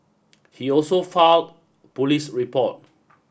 he also filed police report